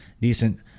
decent